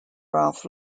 ralph